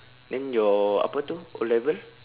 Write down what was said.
then your apa itu O-level